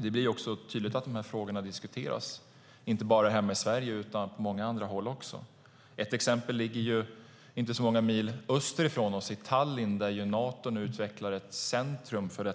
Det är tydligt att dessa frågor diskuteras inte bara hemma i Sverige utan på många andra håll också. Ett exempel ligger inte så många mil öster om oss, i Tallinn, där Nato utvecklar ett centrum för